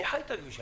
אני חי את הכביש.